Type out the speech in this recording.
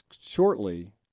shortly